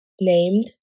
named